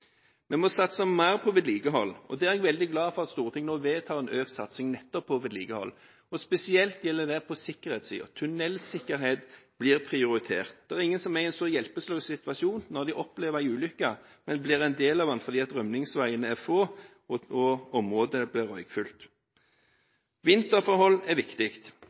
Vi må satse mer på vedlikehold. Jeg er veldig glad for at Stortinget nå vedtar en økt satsing på nettopp vedlikehold, og spesielt gjelder det på sikkerhetssiden. Tunnelsikkerhet blir prioritert. Det er ingen som er i en så hjelpeløs situasjon som når de opplever en ulykke, og blir en del av den fordi rømningsveiene er få og området blir røykfylt. Vinterforhold er viktig.